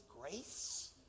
grace